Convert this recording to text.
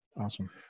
Awesome